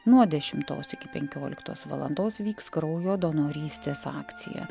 nuo dešimtos iki penkioliktos valandos vyks kraujo donorystės akcija